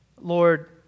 Lord